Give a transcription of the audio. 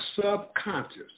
subconscious